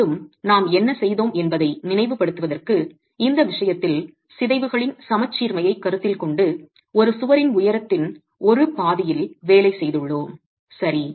மீண்டும் நாம் என்ன செய்தோம் என்பதை நினைவுபடுத்துவதற்கு இந்த விஷயத்தில் சிதைவுகளின் சமச்சீர்மையைக் கருத்தில் கொண்டு ஒரு சுவரின் உயரத்தின் ஒரு பாதியில் வேலை செய்துள்ளோம் சரி